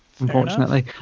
unfortunately